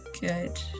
good